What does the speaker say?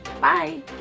Bye